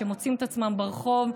שמוצאים את עצמם ברחוב.